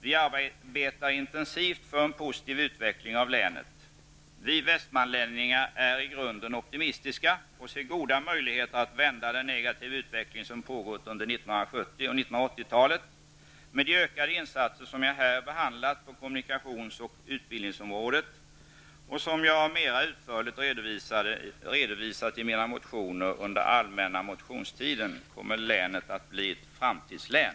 Vi arbetar intensivt för en positiv utveckling av länet. Vi västmanlänningar är i grunden optimistiska och ser goda möjligheter att vända den negativa utveckling som pågått under 1970 och 1980-talen. Med de ökade insatser på kommunikations och utbildningsområdet som jag här har behandlat och som jag mera utförligt har redovisat i mina motioner under allmänna motionen kommer länet att bli ett framtidslän.